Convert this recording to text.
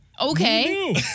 Okay